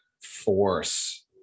force